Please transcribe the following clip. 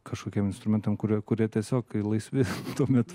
kažkokiems instrumentam kurie kurie tiesiog laisvi tuomet